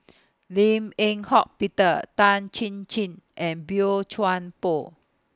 Lim Eng Hock Peter Tan Chin Chin and Boey Chuan Poh